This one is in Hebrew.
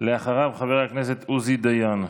אחריו, חבר הכנסת עוזי דיין.